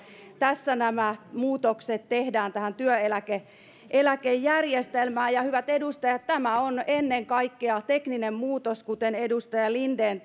tässä nämä muutokset tehdään tähän työeläkejärjestelmään ja hyvät edustajat tämä on ennen kaikkea tekninen muutos kuten edustaja linden